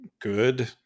good